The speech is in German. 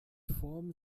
form